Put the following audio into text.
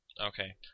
Okay